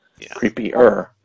Creepier